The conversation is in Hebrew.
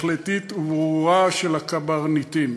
החלטית וברורה של הקברניטים,